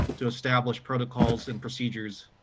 to establish protocols and procedures,